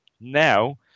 now